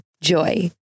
JOY